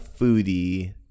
foodie